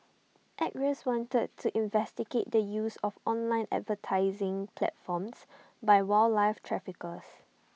acres wanted to investigate the use of online advertising platforms by wildlife traffickers